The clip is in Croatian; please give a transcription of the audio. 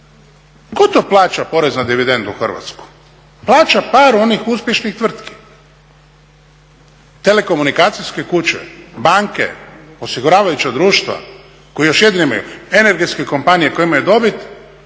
Tko to plaća porez na dividendu u Hrvatskoj? Plaća par onih uspješnih tvrtki, telekomunikacijske kuće, banke, osiguravajuća društva koji još jedini imaju. Energetske kompanije koje imaju dobit